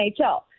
NHL